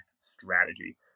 strategy